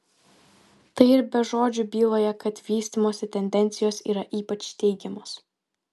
tai ir be žodžių byloja kad vystymosi tendencijos yra ypač teigiamos